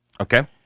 Okay